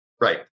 Right